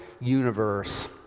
universe